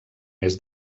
més